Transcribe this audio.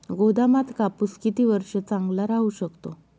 गोदामात कापूस किती वर्ष चांगला राहू शकतो?